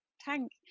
tank